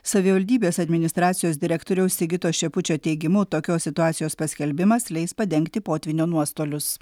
savivaldybės administracijos direktoriaus sigito šepučio teigimu tokios situacijos paskelbimas leis padengti potvynio nuostolius